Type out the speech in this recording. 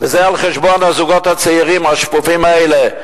וזה על חשבון הזוגות הצעירים השפופים האלה,